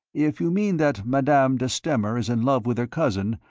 if you mean that madame de stamer is in love with her cousin,